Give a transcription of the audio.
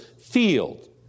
field